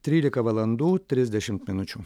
trylika valandų trisdešimt minučių